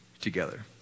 together